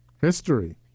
history